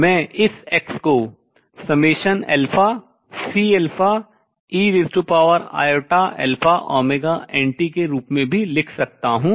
मैं इस x को Ceiαωnt के रूप में भी लिख सकता हूँ